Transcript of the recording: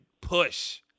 push